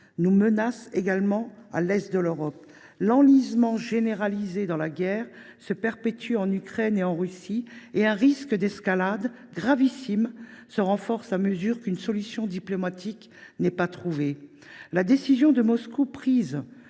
nous menace également à l’est de l’Europe. L’enlisement généralisé dans la guerre se confirme en Ukraine et en Russie. Le risque d’une escalade gravissime se renforce dès lors qu’aucune solution diplomatique n’est trouvée. La décision de Moscou, prise